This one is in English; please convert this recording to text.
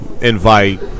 invite